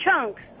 chunks